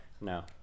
No